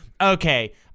okay